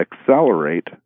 accelerate